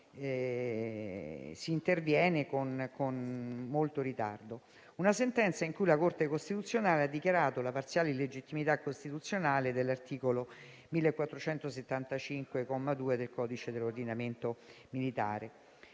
si interviene con molto ritardo. Parliamo di una sentenza con la quale la Corte costituzionale ha dichiarato la parziale illegittimità costituzionale dell'articolo 1475, comma 2, del codice dell'ordinamento militare,